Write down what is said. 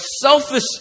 selfish